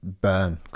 burn